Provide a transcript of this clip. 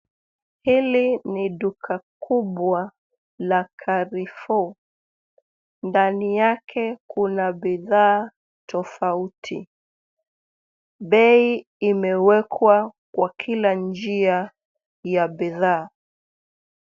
Hili ni duka kubwa la Carrefour ,ndani yake kuna bidhaa tofauti. Bei imewekwa kwa kila njia ya bidhaa.